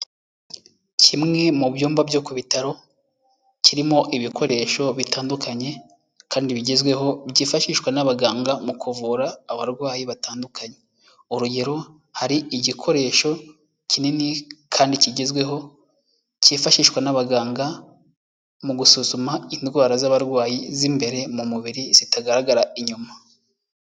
Kimwe mu byumba byo ku bitaro, kirimo ibikoresho bitandukanye kandi bigezweho byifashishwa n'abaganga mu kuvura abarwayi batandukanye. Urugero hari igikoresho kinini kandi kigezweho cyifashishwa n'abaganga mu gusuzuma indwara z'abarwayi z'imbere mu mubiri zitagaragara inyuma.